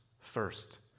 first